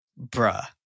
bruh